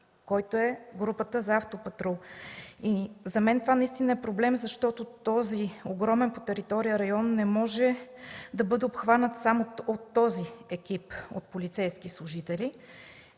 който е групата за автопатрул. За мен това наистина е проблем, защото този огромен по територия район не може да бъде обхванат само от този екип полицейски служители.